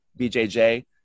BJJ